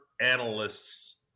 analysts